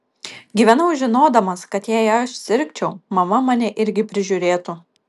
gyvenau žinodamas kad jei aš sirgčiau mama mane irgi prižiūrėtų